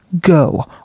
go